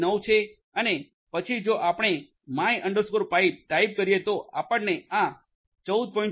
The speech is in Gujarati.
14159 છે અને પછી જો આપણે my piમાય પાઇ ટાઇપ કરીએ તો આપણને આ 14